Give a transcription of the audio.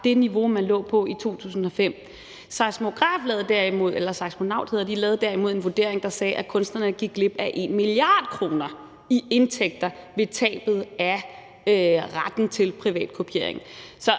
det niveau, man lå på i 2005. Seismonaut lavede derimod en vurdering, der anslog, at kunsterne gik glip af 1 mia. kr. i indtægter ved tabet af retten til privatkopiering.